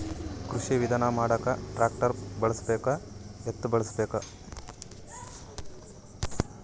ಕೃಷಿ ವಿಧಾನ ಮಾಡಾಕ ಟ್ಟ್ರ್ಯಾಕ್ಟರ್ ಬಳಸಬೇಕ, ಎತ್ತು ಬಳಸಬೇಕ?